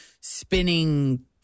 spinning